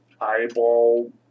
eyeball